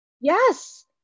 Yes